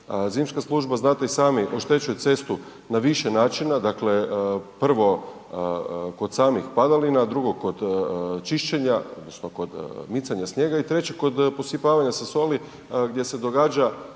Zimska služba, znate i sami, oštećuje cestu na više načina, dakle, prvo kod samih padalina, drugo kog čišćenja, odnosno kod micanja snijega i treće kod posipavanja sa soli gdje se događa